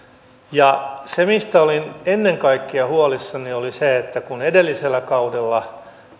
se mistä olin ennen kaikkea huolissani oli se että kun edellisellä kaudella